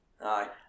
Aye